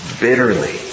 bitterly